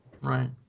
Right